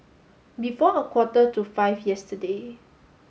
before a quarter to five yesterday